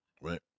right